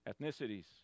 ethnicities